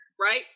right